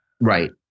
Right